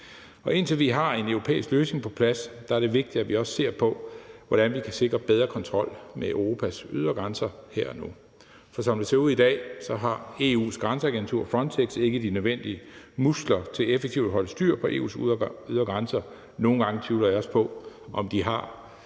Indtil vi har en europæisk løsning på plads, er det vigtigt, at vi også ser på, hvordan vi kan sikre bedre kontrol med Europas ydre grænser her og nu. For som det ser ud i dag, har EU's grænseagentur, Frontex, ikke de nødvendige muskler til effektivt at holde styr på EU's ydre grænser. Nogle gange tvivler jeg også på, om de helt